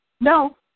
No